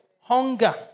hunger